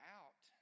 out